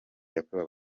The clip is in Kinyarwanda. yakorewe